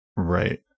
Right